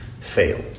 fail